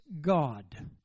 God